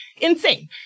Insane